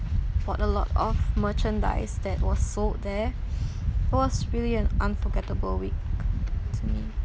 bought a lot of merchandise that was sold there it was really an unforgettable week to me